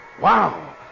Wow